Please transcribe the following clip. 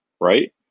Right